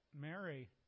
Mary